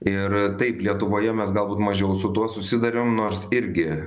ir taip lietuvoje mes galbūt mažiau su tuo susiduriam nors irgi